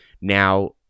Now